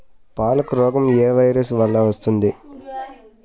పాలకు రోగం ఏ వైరస్ వల్ల వస్తుంది?